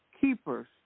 keepers